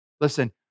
Listen